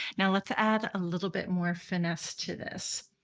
now let's add a little bit more finesse to this.